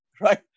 right